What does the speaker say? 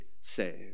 saved